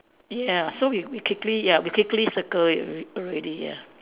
ya so we we quickly ya we quickly circle it al~ already ya